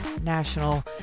national